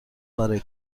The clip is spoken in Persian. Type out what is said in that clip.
برای